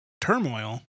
turmoil